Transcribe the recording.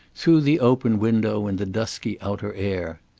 through the open window, in the dusky outer air.